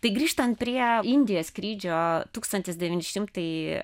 tai grįžtant prie indija skrydžio tūkstantis devyni šimtai